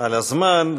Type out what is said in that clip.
על הזמן.